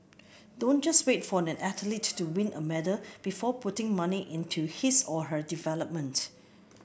don't just wait for an athlete to win a medal before putting money into his or her development